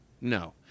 No